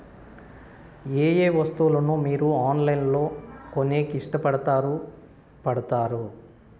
ఏయే వస్తువులను మీరు ఆన్లైన్ లో కొనేకి ఇష్టపడుతారు పడుతారు?